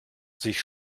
sich